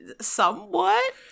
Somewhat